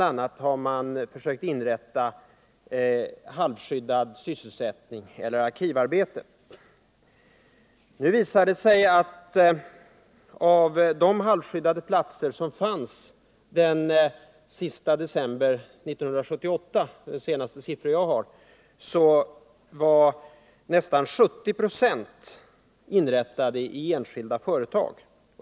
a. har man försökt ordna halvskyddad sysselsättning eller arkivarbete. Nu visar det sig att av de halvskyddade platser som fanns den 31 december 1978 — och det är de senaste siffror som jag har — var nästan 70 96 inrättade i enskilda företag.